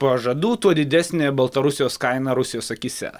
pažadų tuo didesnė baltarusijos kaina rusijos akyse